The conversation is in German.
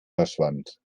verschwand